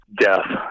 death